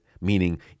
meaning